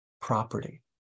property